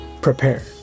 prepare